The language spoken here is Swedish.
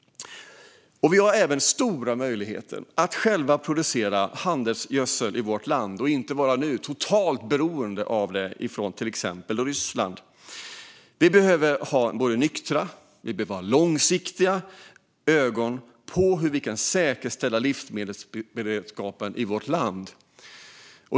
Vi har även stora möjligheter att själva producera handelsgödsel i vårt land, inte bara nu. Vi är totalt beroende av import av det, från till exempel Ryssland. Vi behöver ha både nyktra och långsiktiga ögon när det gäller hur vi kan säkerställa livsmedelsberedskapen i vårt land.